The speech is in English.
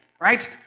right